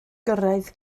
gyrraedd